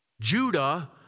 Judah